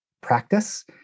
practice